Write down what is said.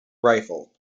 rifle